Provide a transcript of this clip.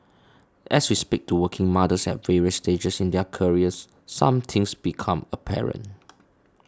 as we speak to working mothers at various stages in their careers some things become apparent